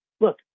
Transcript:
look